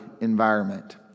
environment